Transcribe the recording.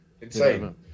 Insane